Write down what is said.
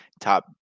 top